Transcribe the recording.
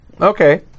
Okay